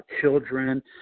children